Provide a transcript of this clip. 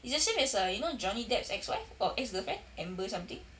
it's the same as uh you know johnny depp's ex-wife or ex-girlfriend amber something